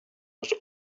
was